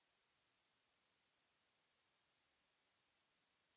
Merci